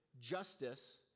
Justice